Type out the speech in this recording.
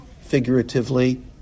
figuratively